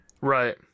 Right